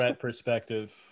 perspective